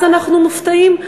אז אנחנו מופתעים?